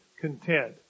content